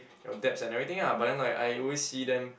your debts and everything ah but then like I always see them